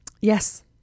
Yes